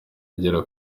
agera